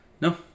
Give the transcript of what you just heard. no